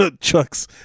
Chuck's